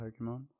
Pokemon